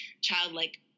childlike